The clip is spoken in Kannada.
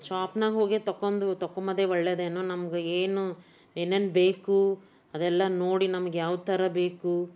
ಶಾಪ್ನಾಗ ಹೋಗಿ ತಗೊಂಡು ತಗೊಳ್ಳೋದೆ ಒಳ್ಳೆಯದೇನೋ ನಮ್ಗೆ ಏನು ಏನೇನು ಬೇಕು ಅದೆಲ್ಲ ನೋಡಿ ನಮ್ಗೆ ಯಾವ ಥರ ಬೇಕು